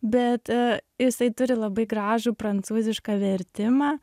bet jisai turi labai gražų prancūzišką vertimą